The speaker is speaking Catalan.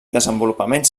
desenvolupaments